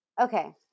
Okay